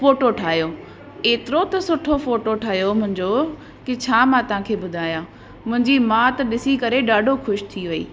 photo ठाहियो एतिरो त सुठो फ़ोटो ठहियो मुंहिंजो कि छा मां तव्हां खे ॿुधायां मुंहिंजी माउ त ॾिसी करे ॾाढो ख़ुशि थी वई